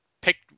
picked –